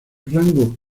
rango